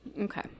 Okay